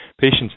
patients